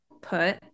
put